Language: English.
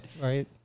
Right